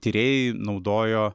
tyrėjai naudojo